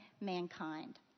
mankind